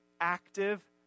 active